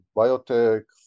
biotech